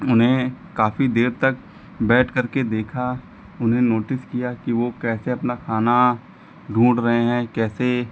उन्हें काफी देर तक बैठ कर के देखा उन्हें नोटिस किया कि वह कैसे अपना खाना ढूंढ रहे हैं कैसे